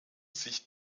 sich